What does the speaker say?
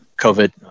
COVID